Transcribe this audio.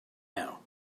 now